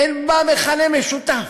אין בה מכנה משותף.